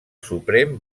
suprem